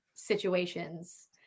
situations